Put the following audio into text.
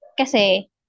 Kasi